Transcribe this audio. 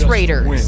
Raiders